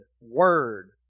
word